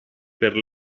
per